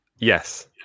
Yes